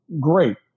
Great